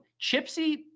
Chipsy